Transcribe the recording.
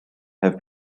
have